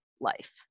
life